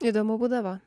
įdomu būdavo